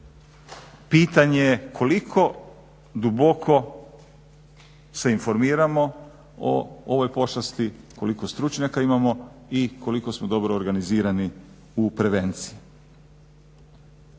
pitanje je koliko duboko se informiramo o ovoj pošasti, koliko stručnjaka imamo i koliko smo dobro organizirani u prevenciji?